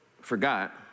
forgot